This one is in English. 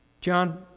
John